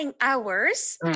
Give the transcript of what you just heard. hours